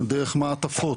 דרך מעטפות,